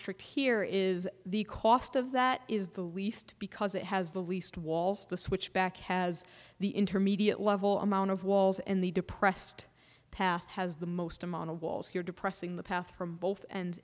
ash trick here is the cost of that is the least because it has the least walls the switchback has the intermediate level amount of walls and the depressed path has the most amount of walls you're depressing the path from both and